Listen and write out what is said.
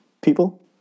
people